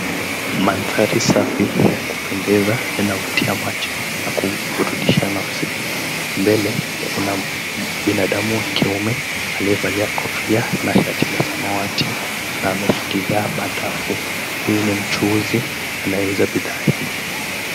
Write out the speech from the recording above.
Maandhari ya kupendeza yanavutia macho na kuridhisha nafsi. Mbele kuna binadamu wa kiume aliyevalia kofia na shati la samawati na ameshikilia madafu. Huyu ni mchuuzi anayeuza bidhaa hizi.